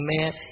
Amen